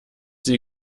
sie